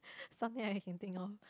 something I can think of